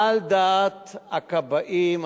על דעת הכבאים,